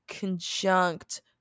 conjunct